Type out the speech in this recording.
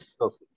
Okay